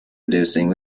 reducing